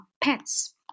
pets